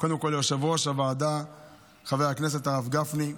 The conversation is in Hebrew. קודם ליושב-ראש הוועדה חבר הכנסת הרב גפני,